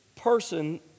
person